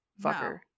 fucker